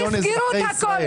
תסגרו את הכול.